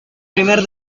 primer